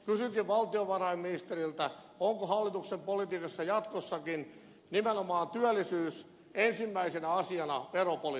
kysynkin valtiovarainministeriltä onko hallituksen politiikassa jatkossakin nimenomaan työllisyys ensimmäisenä asiana veropolitiikassa